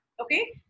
Okay